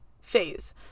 phase